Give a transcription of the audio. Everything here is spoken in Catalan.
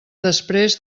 després